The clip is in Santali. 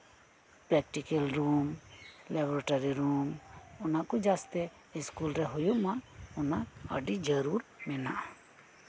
ᱯᱨᱮᱠᱴᱤᱠᱮᱞ ᱨᱩᱢ ᱞᱮᱵᱚᱨᱟᱴᱟᱨᱤ ᱨᱩᱢ ᱚᱱᱟ ᱠᱚ ᱡᱟᱹᱥᱛᱤ ᱥᱠᱩᱞ ᱨᱮ ᱦᱳᱭᱳᱜᱼᱢᱟ ᱚᱱᱟ ᱟᱹᱰᱤ ᱡᱟᱹᱨᱩᱲ ᱢᱮᱱᱟᱜᱼᱟ